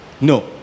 No